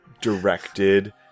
directed